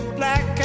black